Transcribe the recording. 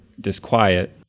Disquiet